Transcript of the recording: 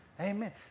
Amen